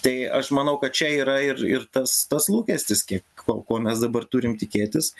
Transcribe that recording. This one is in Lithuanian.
tai aš manau kad čia yra ir ir tas tas lūkestis kiek ko ko mes dabar turim tikėtis